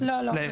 אז --- לא.